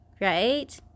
right